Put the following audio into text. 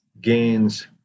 gains